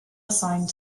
assigned